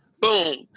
boom